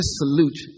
salute